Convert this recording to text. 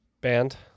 Band